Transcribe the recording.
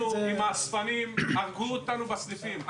אנחנו עם האספנים הרגו אותנו בסניפים.